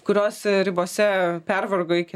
kurios ribose pervargo iki